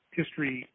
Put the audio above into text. history